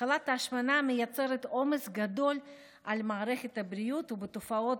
מחלת ההשמנה מייצרת עומס גדול על מערכת הבריאות ותופעות